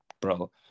bro